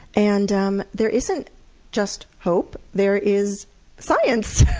and um there isn't just hope, there is science!